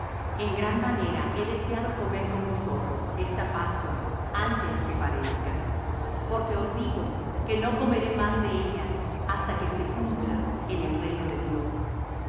en gran manera he deseado comer con vosotros esta pascua antes que padezca porque os digo que no comeré más de ella hasta que se cumpla en el reino de dios